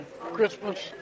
Christmas